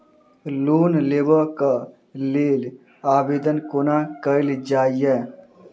Loan लेबऽ कऽ लेल आवेदन कोना कैल जाइया?